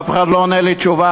אף אחד לא נותן לי תשובה.